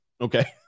okay